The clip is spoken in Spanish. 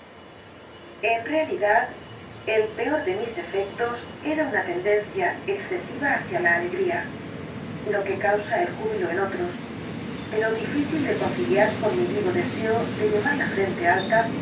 en realidad el peor de mis defectos era una tendencia excesiva hacia la alegría lo que causa el júbilo en otros pero difícil de conciliar con mi vivo deseo de llevar la frente alta